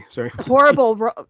horrible